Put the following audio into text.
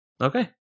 Okay